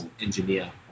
engineer